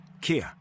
Kia